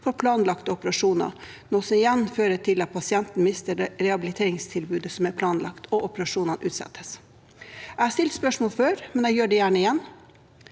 for planlagte operasjoner, noe som igjen fører til at pasientene mister rehabiliteringstilbudet som er planlagt, og at operasjoner utsettes. Jeg har stilt spørsmålet før, men jeg gjør det gjerne igjen: